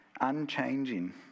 unchanging